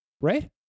right